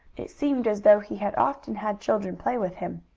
it seemed as though he had often had children play with him.